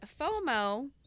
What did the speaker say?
FOMO